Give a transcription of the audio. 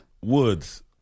woods